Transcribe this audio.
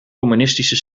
communistische